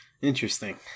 Interesting